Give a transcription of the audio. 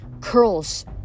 curls